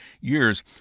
years